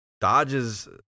Dodge's